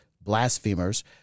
blasphemers